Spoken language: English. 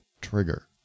trigger